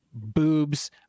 boobs